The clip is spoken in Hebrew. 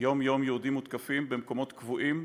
יום-יום יהודים מותקפים במקומות קבועים,